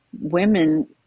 Women